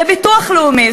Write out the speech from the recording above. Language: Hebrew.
בביטוח לאומי,